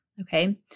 Okay